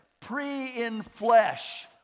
pre-in-flesh